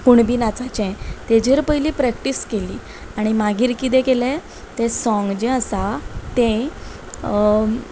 पूण कुणबी नाचाचे तेजेर पयली प्रॅक्टीस केली आनी मागीर कितें केले ते सोंग जें आसा ते